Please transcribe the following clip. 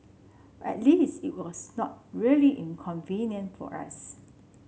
at least it was not really inconvenient for us